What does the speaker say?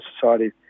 Society